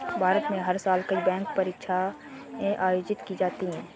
भारत में हर साल कई बैंक परीक्षाएं आयोजित की जाती हैं